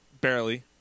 barely